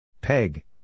Peg